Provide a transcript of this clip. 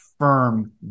Firm